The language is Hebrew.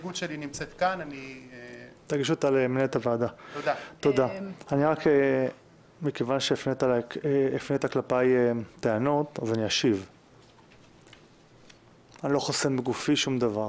אני לא חוסם בגופי שום דבר.